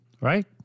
right